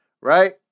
Right